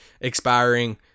expiring